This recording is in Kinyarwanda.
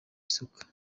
isuka